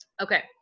okay